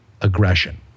aggression